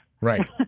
Right